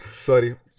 Sorry